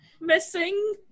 missing